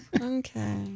Okay